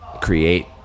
create